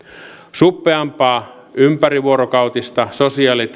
suppeampaa ympärivuorokautista sosiaali ja